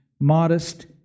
modest